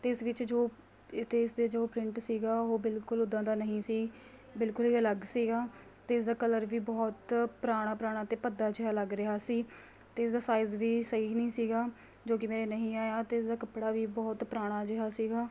ਅਤੇ ਇਸ ਵਿੱਚ ਜੋ ਅਤੇ ਇਸ 'ਤੇ ਜੋ ਪ੍ਰਿੰਟ ਸੀਗਾ ਉਹ ਬਿਲਕੁਲ ਉੱਦਾਂ ਦਾ ਨਹੀਂ ਸੀ ਬਿਲਕੁਲ ਹੀ ਅਲੱਗ ਸੀਗਾ ਅਤੇ ਇਸਦਾ ਕਲਰ ਵੀ ਬਹੁਤ ਪੁਰਾਣਾ ਪੁਰਾਣਾ ਅਤੇ ਭੱਦਾ ਜਿਹਾ ਲੱਗ ਰਿਹਾ ਸੀ ਅਤੇ ਇਸਦਾ ਸਾਈਜ਼ ਵੀ ਸਹੀ ਨਹੀਂ ਸੀਗਾ ਜੋ ਕਿ ਮੇਰੇ ਨਹੀਂ ਆਇਆ ਅਤੇ ਇਸਦਾ ਕੱਪੜਾ ਵੀ ਬਹੁਤ ਪੁਰਾਣਾ ਜਿਹਾ ਸੀਗਾ